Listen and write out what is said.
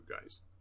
guys